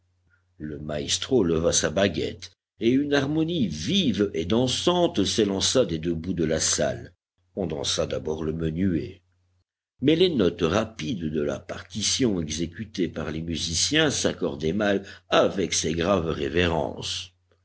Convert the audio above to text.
le maestro leva sa baguette et une harmonie vive et dansante s'élança des deux bouts de la salle on dansa d'abord le menuet mais les notes rapides de la partition exécutée par les musiciens s'accordaient mal avec ces graves révérences